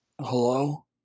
Hello